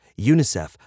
UNICEF